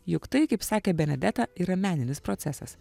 juk tai kaip sakė benadeta yra meninis procesas